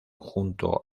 junto